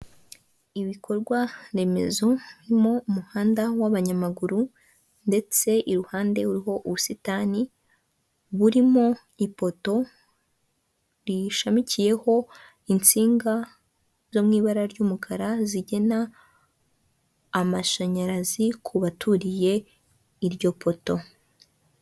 Ibikorwaremezo mu muhanda w'abanyamaguru ndetse iruhande uriho ubusitani burimo ipoto riyishamikiyeho insinga zo mw' ibara ry'umukara zigena amashanyarazi ku baturiye iryo poto.